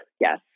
yes